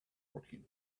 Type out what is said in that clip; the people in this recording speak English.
working